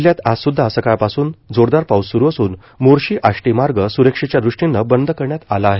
जिल्ह्यात आज सुद्धा सकाळपासून जोरदार पाऊस स्रू असून मोरशी आष्टी मार्ग स्रक्षेच्या दृष्टीनं बंद करण्यात आला आहे